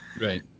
Right